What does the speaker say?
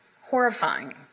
horrifying